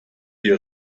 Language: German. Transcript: die